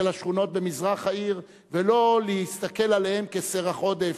השכונות במזרח העיר ולא להסתכל עליהן כסרח העודף,